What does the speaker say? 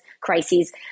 crises